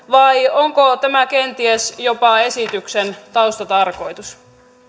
vai onko tämä kenties jopa esityksen taustatarkoitus